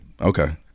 okay